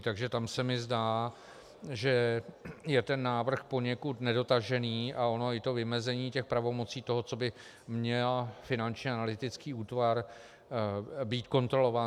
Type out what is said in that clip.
Takže tam se mi zdá, že je ten návrh poněkud nedotažený, a ono i to vymezení pravomocí toho, co by měl Finanční analytický útvar být kontrolován.